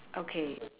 okay